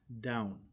down